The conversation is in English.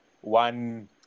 one